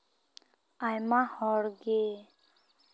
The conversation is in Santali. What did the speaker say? ᱟᱭᱢᱟ ᱦᱚᱲᱜᱮ